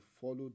follow